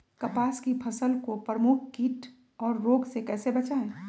कपास की फसल को प्रमुख कीट और रोग से कैसे बचाएं?